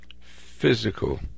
physical